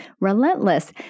relentless